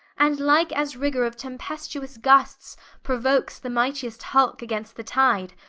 and like as rigour of tempestuous gustes prouokes the mightiest hulke against the tide,